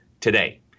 today